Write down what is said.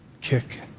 kick